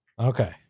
Okay